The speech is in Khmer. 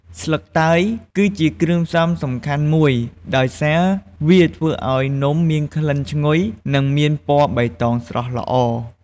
ស្លឹកតើយគឺជាគ្រឿងផ្សំសំខាន់មួយ ដោយសារវាធ្វើឱ្យនំមានក្លិនឈ្ងុយ និងមានពណ៌បៃតងស្រស់ល្អ។